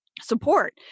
support